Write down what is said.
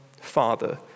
father